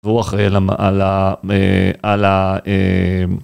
והוא אחראי על ה..מה.. על ה.. אה..